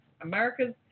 America's